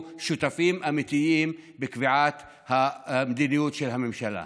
שותפים אמיתיים בקביעת המדיניות של הממשלה.